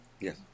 Yes